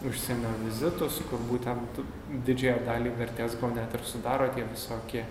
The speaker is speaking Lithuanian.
užsienio vizitus kur būtent didžiąją dalį vertės net ir sudaro tie visokie